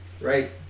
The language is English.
Right